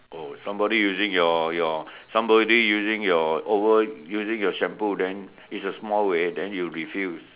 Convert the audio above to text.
oh somebody using your your somebody using over using your shampoo it's a small way then you refuse